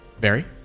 Barry